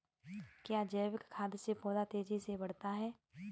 क्या जैविक खाद से पौधा तेजी से बढ़ता है?